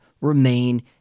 remain